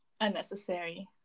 unnecessary